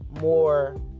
more